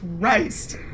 Christ